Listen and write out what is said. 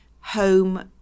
home